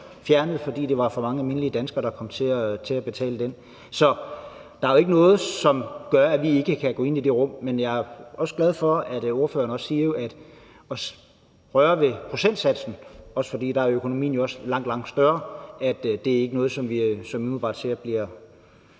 fordi der var for mange almindelige danskere, der kom til at betale den. Så der er jo ikke noget, som gør, at vi ikke kan gå ind i det rum, men jeg er også glad for, at ordføreren siger, at det at røre ved procentsatsen – også fordi økonomien der er langt, langt større – ikke umiddelbart er blandt